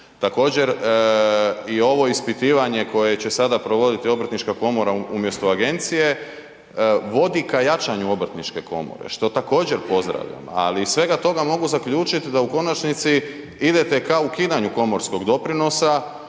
Također i ovo ispitivanje koje će sada provoditi obrtnička komora umjesto agencije vodi ka jačanju obrtničke komore što također pozdravljam. Ali iz svega toga mogu zaključiti da u konačnici idete ka ukidanju komorskog doprinosa,